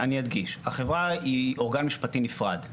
החברה היא אורגן משפטי נפרד.